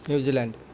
New Zealand